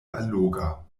alloga